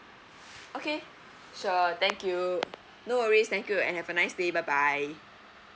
okay sure thank you no worries thank you and have a nice day bye bye